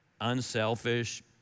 unselfish